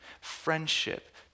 friendship